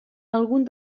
alguns